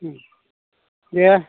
ओं दे